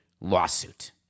lawsuit